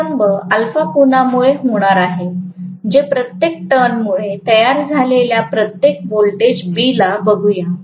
हा विलंब α कोनामुळे होणार आहे जे प्रत्येक टर्न मुळे तयार झालेल्या प्रत्येक व्होल्टेज B ला बघूया